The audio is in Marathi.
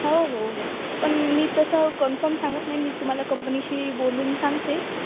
हो हो हो पण मी तसं कन्फर्म सांगत नाही मी तुम्हाला कंपनीशी बोलून सांगते